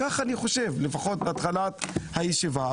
כך אני חושב לפחות בתחילת הישיבה.